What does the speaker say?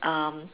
um